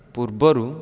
ପୂର୍ବରୁ